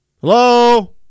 Hello